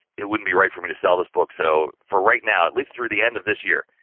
it wouldn't be right for me to sell this book. so, for right now, at least through the end of this year,